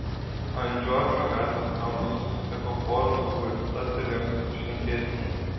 ant džordžo gatvės kampo susitiko porą draugų ir stabtelėjo pasišnekėti